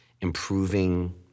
improving